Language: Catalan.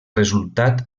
resultat